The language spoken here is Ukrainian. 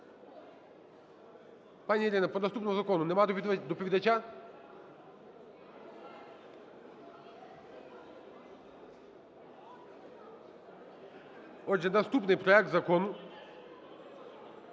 Пані Ірина, по наступному закону нема доповідача? Отже, наступний проект закону,